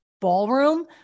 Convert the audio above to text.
ballroom